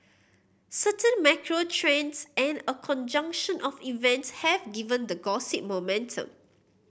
certain macro trends and a conjunction of events have given the gossip momentum